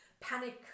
panic